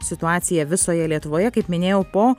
situacija visoje lietuvoje kaip minėjau po